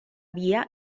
via